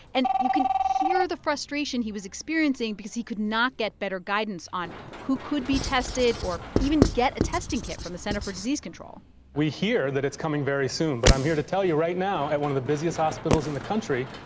and you can hear the frustration he was experiencing because he could not get better guidance on who could be tested or even get a testing kit from the center for disease control we hear that it's coming very soon, but i'm here to tell you right now, at one of the busiest hospitals in the country,